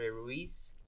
Ruiz